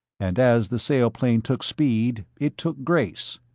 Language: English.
and as the sailplane took speed, it took grace.